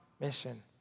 mission